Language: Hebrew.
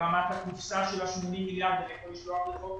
ברמת הקופסה של ה-80 מיליארד ואני יכול לשלוח לך אותו